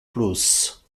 plus